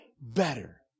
better